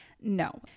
No